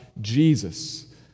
Jesus